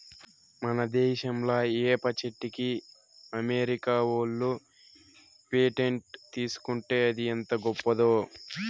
మన దేశంలా ఏప చెట్టుకి అమెరికా ఓళ్ళు పేటెంట్ తీసుకుంటే అది ఎంత గొప్పదో